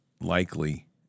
likely